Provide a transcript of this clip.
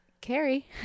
Carrie